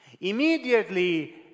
Immediately